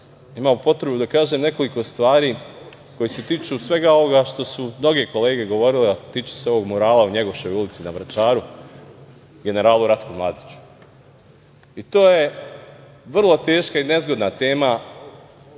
imao potrebu da kažem nekoliko stvari koji se tiču svega ovoga što su mnoge kolege govorile, a tiče se ovog murala u Njegoševoj ulici na Vračaru, generalu Ratku Mladiću. To je vrlo teška i nezgodna tema